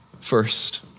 first